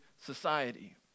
society